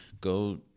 Go